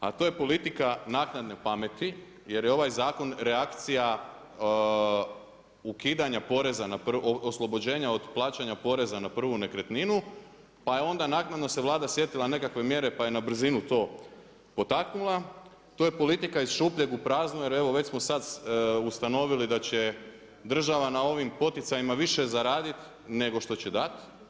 A to je politika naknadne pameti jer je ovaj zakon reakcija ukidanja oslobođenja od plaćanja poreza na prvu nekretninu, pa je onda naknadno se Vlada sjetila nekakve mjere pa je na brzinu to potaknula ,to je politika iz šupljeg u prazno jer evo već smo sad ustanovili da će država na ovim poticajima više zaraditi nego što će dati.